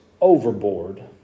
overboard